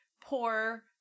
poor